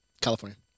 California